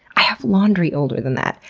i have laundry older than that!